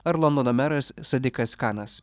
ar londono meras sadikas kanas